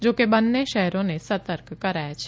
જો કે બંન્ને શહેરોને સર્તક કરાયા છે